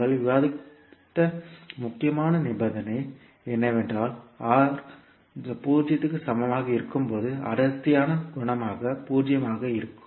நாங்கள் விவாதித்த முக்கியமான நிபந்தனை என்னவென்றால் R 0 க்கு சமமாக இருக்கும்போது அடர்த்தியான குணகம் 0 ஆக இருக்கும்